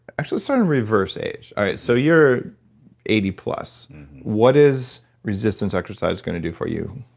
actually start in reverse age. so you're eighty plus what is resistance exercise going to do for you?